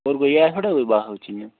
होर कोई है थोहाड़ा कोई वाकब च इ'यां